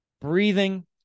breathing